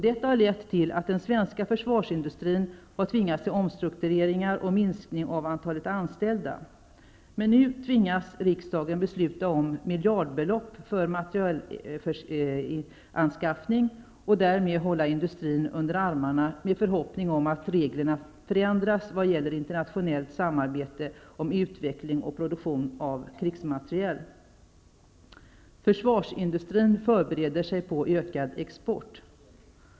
Detta har lett till att den svenska försvarsindustrin har tvingats till omstruktureringar och minskningar av antalet anställda. Nu tvingas riksdagen besluta om miljardbelopp för materielanskaffning, och därmed hålla industrin under armarna med förhoppning om att reglerna skall förändras vad gäller internationellt samarbete om utveckling och produktion av krigsmateriel. Försvarsindustrin förbereder sig på ökad export.